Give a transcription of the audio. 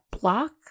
block